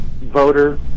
voter